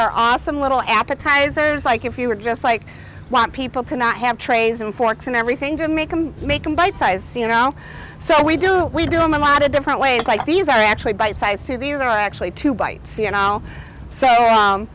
are awesome little appetizers like if you were just like white people cannot have trays and forks and everything to make them make them bite size you know so we do we do him a lot of different ways like these are actually bite sized to the are actually two bites you know so